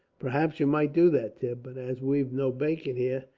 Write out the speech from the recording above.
perhaps you might do that, tim, but as we've no bacon here,